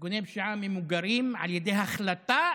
ארגוני פשיעה ממוגרים על ידי החלטה